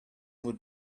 would